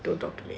don't talk to me